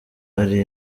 ari